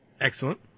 Excellent